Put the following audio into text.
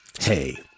Hey